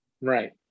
Right